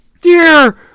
dear